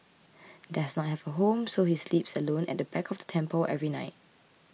does not have a home so he sleeps alone at the back of the temple every night